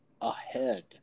ahead